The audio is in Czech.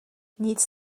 nic